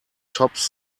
tops